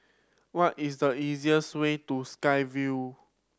what is the easiest way to Sky Vue